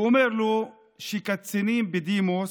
והוא אומר לו שקצינים בדימוס